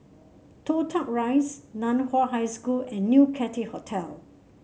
Toh Tuck Rise Nan Hua High School and New Cathay Hotel